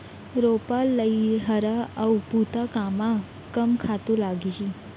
रोपा, लइहरा अऊ बुता कामा कम खातू लागही?